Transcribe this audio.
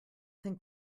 think